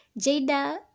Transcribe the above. Jada